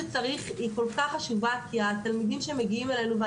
בסדר גמור,